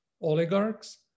oligarchs